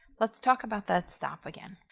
let's talk about that stop again.